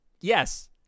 Yes